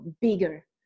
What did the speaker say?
bigger